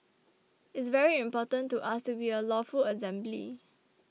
it's very important to us to be a lawful assembly